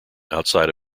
outside